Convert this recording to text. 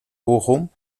bochum